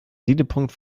siedepunkt